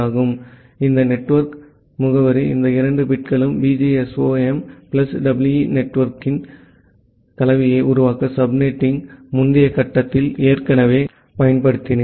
எனவே இந்த நெட்வொர்க் முகவரி இந்த இரண்டு பிட்களும் விஜிஎஸ்ஓஎம் பிளஸ் இஇ நெட்வொர்க்கின் கலவையை உருவாக்க சப்நெட்டிங் முந்தைய கட்டத்தில் ஏற்கனவே பயன்படுத்தினேன்